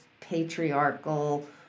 patriarchal